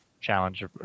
challenge